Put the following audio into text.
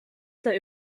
der